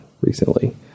recently